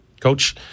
Coach